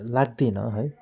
लाग्दैन है